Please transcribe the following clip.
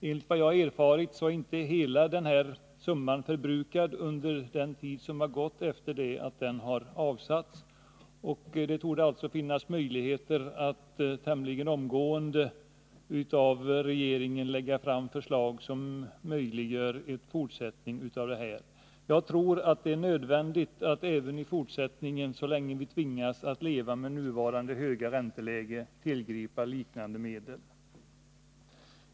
Enligt vad jag har erfarit har inte hela summan förbrukats under den tid som gått sedan den avsattes, och det torde alltså finnas möjligheter för regeringen att tämligen omgående lägga fram förslag som medger att man även fortsättningsvis kan vidta åtgärder av det här slaget. Jag tror att det är nödvändigt att så länge vi tvingas att leva med nuvarande höga ränteläge även i fortsättningen tillgripa liknande medel.